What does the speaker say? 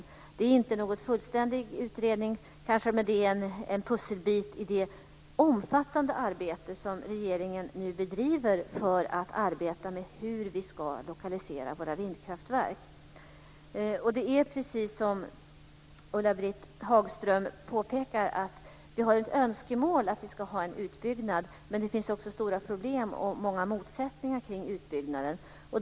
Men det är inte fråga om en mera fullständig utredning, men den kan ändå vara en puzzelbit i det omfattande arbete som regeringen nu bedriver för att se hur man ska lokalisera vindkraftverk. Precis som Ulla-Britt Hagström påpekar finns det ett önskemål om en utbyggnad, men det finns också stora problem och motsättningar när det gäller utbyggnaden.